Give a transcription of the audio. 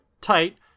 tight